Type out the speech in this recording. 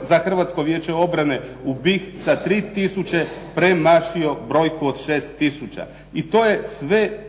za Hrvatsko vijeće obrane sa 3 tisuće premašio brojku od 6 tisuća i to je sve